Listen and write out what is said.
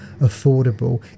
affordable